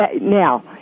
Now